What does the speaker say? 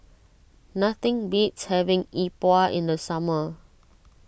nothing beats having Yi Bua in the summer